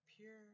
pure